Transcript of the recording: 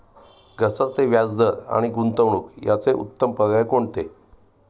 घसरते व्याजदर आणि गुंतवणूक याचे उत्तम पर्याय कोणते?